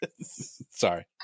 Sorry